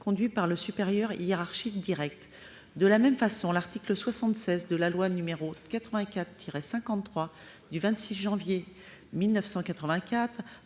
conduit par le supérieur hiérarchique direct. » Enfin, l'article 76 de la loi n° 84-53 du 26 janvier 1984